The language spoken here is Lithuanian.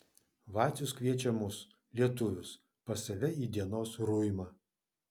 vacius kviečia mus lietuvius pas save į dienos ruimą